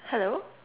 hello